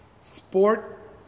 sport